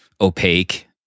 opaque